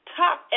top